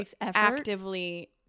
actively